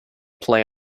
play